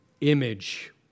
image